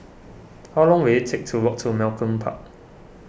how long will it take to walk to Malcolm Park